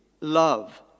love